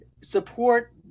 Support